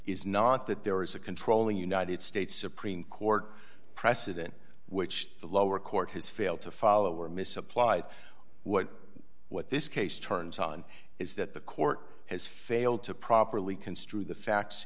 is not that there is a controlling united states supreme court precedent which the lower court has failed to follow or misapplied what what this case turns on is that the court has failed to properly construe the facts